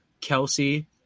Kelsey